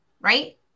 right